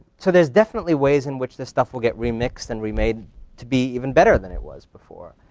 so, there's definitely ways in which this stuff will get remixed and remade to be even better than it was before.